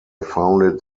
founded